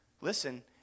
Listen